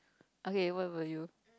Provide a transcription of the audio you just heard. okay what will you